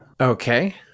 Okay